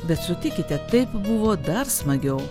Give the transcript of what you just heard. bet sutikite taip buvo dar smagiau